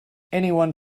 anyone